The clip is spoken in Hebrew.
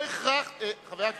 לא הכרחתי, אין ממשלה.